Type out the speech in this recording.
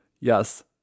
yes